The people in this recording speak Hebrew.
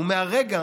ומהרגע,